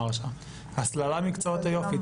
הסללה למקצועות היופי.